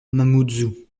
mamoudzou